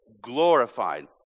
glorified